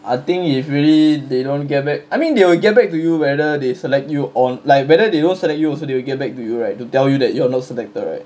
I think if really they don't get back I mean they will get back to you whether they select you on like whether they don't select you also they will get back to you right to tell you that you're not selected right